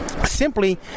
Simply